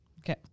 Okay